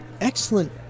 Excellent